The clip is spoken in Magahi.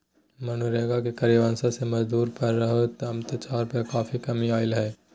मनरेगा के कार्यान्वन से मजदूर पर हो रहल अत्याचार में काफी कमी अईले हें